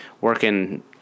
working